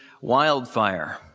wildfire